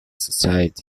society